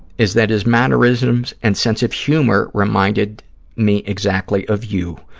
is that his mannerisms and sense of humor reminded me exactly of you.